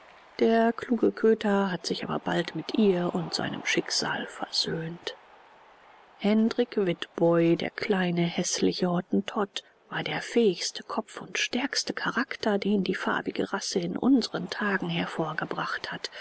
der kluge köter hat sich aber bald mit ihr und seinem schicksal versöhnt hendrik witboi der kleine häßliche hottentott war der fähigste kopf und stärkste charakter den die farbige rasse in unsren tagen hervorgebracht hat